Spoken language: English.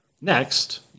Next